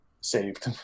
saved